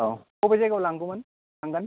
औ बबे जायगायाव लांगौमोन लांगोन